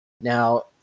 now